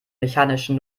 mechanischen